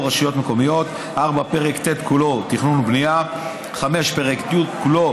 (רשויות מקומיות); 4. פרק ט' כולו (תכנון ובנייה); 5. פרק י' כולו